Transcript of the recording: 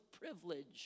privilege